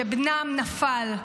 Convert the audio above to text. שבנם נפל.